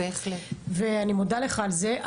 אני מודה לך על זה.